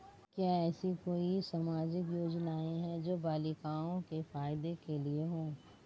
क्या ऐसी कोई सामाजिक योजनाएँ हैं जो बालिकाओं के फ़ायदे के लिए हों?